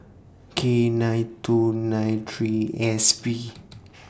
K nine two nine three S B